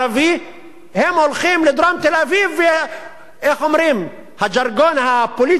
ואיך אומרים, הז'רגון הפוליטי שלהם נמצא אצלם,